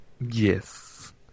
Yes